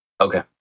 Okay